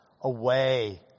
away